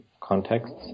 contexts